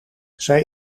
zij